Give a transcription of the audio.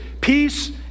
peace